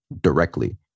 directly